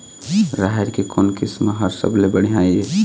राहेर के कोन किस्म हर सबले बढ़िया ये?